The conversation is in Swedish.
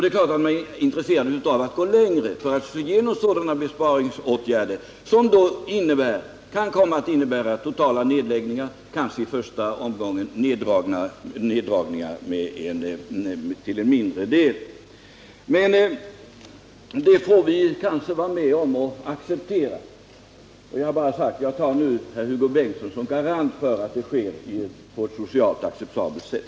Det är klart att man är intresserad av att gå längre med sådana besparingsåtgärder, men de kan då komma att innebära totala nedläggningar och i första omgången åtminstone neddragningar av verksamheten vid de mindre enheterna. Men det får vi kanske acceptera. Jag upprepar att jag tar Hugo Bengtsson som garant för att det sker på ett socialt acceptabelt sätt.